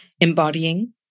embodying